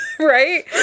right